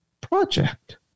project